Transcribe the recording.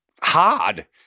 hard